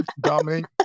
Dominic